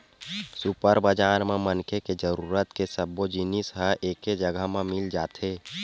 super बजार म मनखे के जरूरत के सब्बो जिनिस ह एके जघा म मिल जाथे